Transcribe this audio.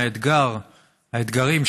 האתגרים,